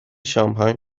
شانپاین